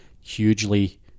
hugely